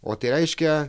o tai reiškia